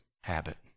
habit